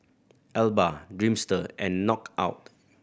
Alba Dreamster and Knockout